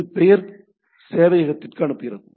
இது பெயர் சேவையகத்திற்கு அனுப்புகிறது